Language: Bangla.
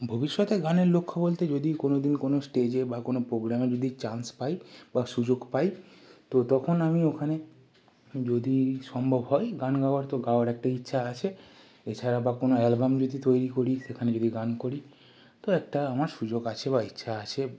ভবিষ্যতে গানের লক্ষ্য বলতে যদি কোনো দিন কোনো স্টেজে বা কোনো পোগ্রামে যদি চান্স পাই বা সুযোগ পাই তো তখন আমি ওখানে যদি সম্ভব হয় গান গাওয়ার তো গাওয়ার একটা ইচ্ছা আছে এছাড়া বা কোনো অ্যালবাম যদি তৈরি করি সেখানে যদি গান করি তো একটা আমার সুযোগ আছে বা ইচ্ছা আছে